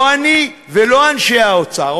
לא אני ולא אנשי האוצר,